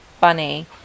funny